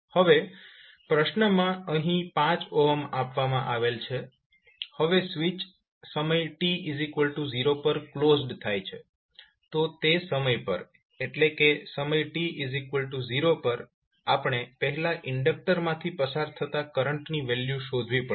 હવે પ્રશ્નમાં અહીં 5 આપવામાં આવેલ છે હવે સ્વીચ સમય t0 પર ક્લોઝડ થાય છે તો તે સમય પર એટલે કે સમય t0 પર આપણે પહેલા ઇન્ડકટર માંથી પસાર થતા કરંટની વેલ્યુ શોધવી પડશે